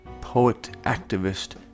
poet-activist